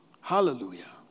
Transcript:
Hallelujah